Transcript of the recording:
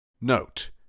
Note